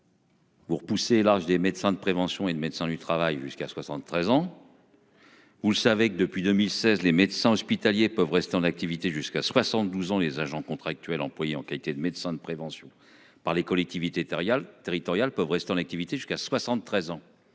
Pour pousser large des médecins de prévention et de médecins du travail jusqu'à 73 ans.-- Vous savez que depuis 2016 les médecins hospitaliers peuvent rester en activité jusqu'à 72 ans, les agents contractuels employé en qualité de médecin de prévention, par les collectivités. Territoriales peuvent rester en activité jusqu'à 73 ans.